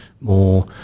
more